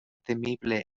temible